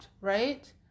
right